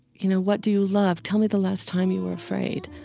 you know, what do you love? tell me the last time you were afraid.